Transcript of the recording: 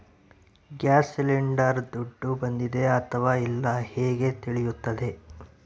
Gas cylinder ದುಡ್ಡು ಬಂದಿದೆ ಅಥವಾ ಇಲ್ಲ ಹೇಗೆ ತಿಳಿಯುತ್ತದೆ?